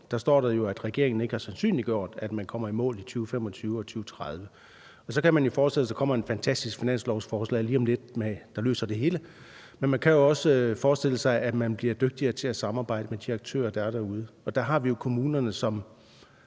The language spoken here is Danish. der står der jo, at regeringen ikke har sandsynliggjort, at man kommer i mål i 2025 og 2030. Så kan man jo forestille sig, at der kommer et fantastisk finanslovsforslag lige om lidt, der løser det hele. Men man kan også forestille sig, at man bliver dygtigere til at samarbejde med de aktører, der er derude, og der har vi jo kommunerne.